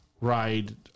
ride